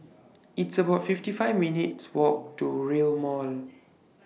It's about fifty five minutes' Walk to Rail Mall